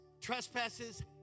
trespasses